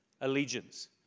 allegiance